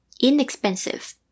Inexpensive